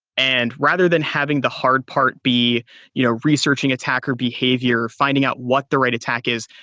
and rather than having the hard part be you know researching attacker behavior, finding out what the right attack is,